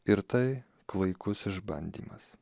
ir tai klaikus išbandymas